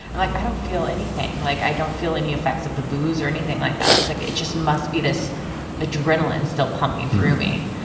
i'm like, i don't feel anything. like i don't feel any effects of the booze, or anything like that. i was like, it just must be this adrenaline still pumping through me.